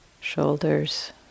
shoulders